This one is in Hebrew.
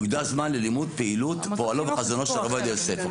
יוקדש זמן ללימוד פעילות פועלו וחזונו של הרב עובדיה יוסף.